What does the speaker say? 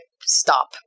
stop